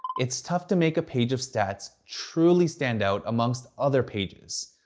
it's tough to make a page of stats truly standout amongst other pages.